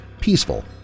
peaceful